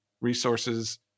resources